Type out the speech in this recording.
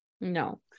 no